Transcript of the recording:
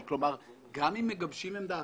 כי כלומר גם אם מגבשים עמדה,